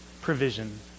provision